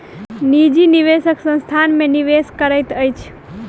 निजी निवेशक संस्थान में निवेश करैत अछि